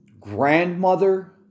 grandmother